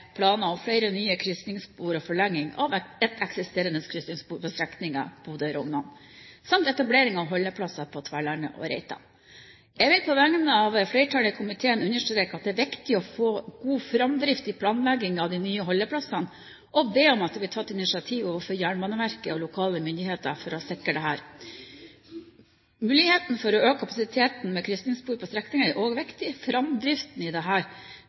planer om flere nye krysningsspor og forlenging av et eksisterende krysningsspor på strekningen Bodø–Rognan samt etablering av holdeplasser på Tverlandet og Reitan. Jeg vil på vegne av flertallet i komiteen understreke at det er viktig å få god framdrift i planleggingen av de nye holdeplassene, og vil be om at det blir tatt initiativ overfor Jernbaneverket og lokale myndigheter for å sikre dette. Muligheten for å øke kapasiteten med krysningsspor på strekningen er også viktig. Framdriften i